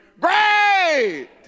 Great